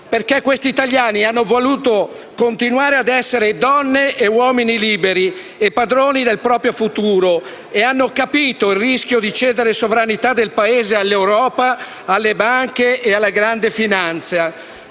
perché questi italiani hanno voluto continuare ad essere donne e uomini liberi e padroni del proprio futuro e hanno capito il rischio di cedere sovranità del Paese all'Europa, alle banche e alla grande finanza.